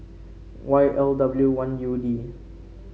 Y L W one U D